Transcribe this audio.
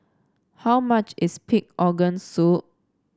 how much is Pig Organ Soup